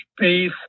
space